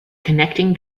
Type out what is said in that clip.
connecting